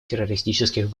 террористических